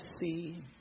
see